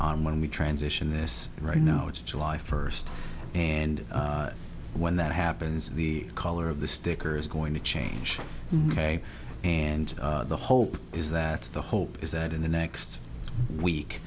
on when we transition this right now it's july first and when that happens the color of the sticker is going to change ok and the hope is that the hope is that in the next week